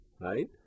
right